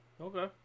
Okay